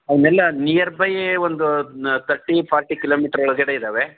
ಅವನ್ನೆಲ್ಲ ನಿಯರ್ಬೈ ಒಂದು thirty forty kilometre ಒಳಗಡೆ ಇದ್ದಾವೆ